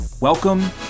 Welcome